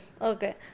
Okay